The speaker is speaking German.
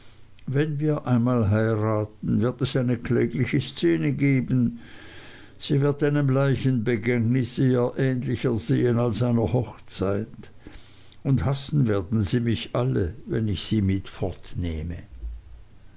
wenn wir einmal heiraten wird es eine klägliche szene geben sie wird einem leichenbegängnis eher ähnlicher sehen als einer hochzeit und hassen werden sie mich alle wenn ich sie mit